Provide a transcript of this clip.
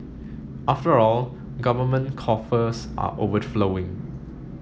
after all government coffers are overflowing